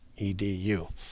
Edu